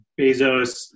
Bezos